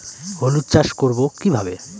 হলুদ চাষ করব কিভাবে?